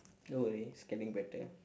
don't worry it's getting better